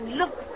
look